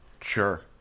sure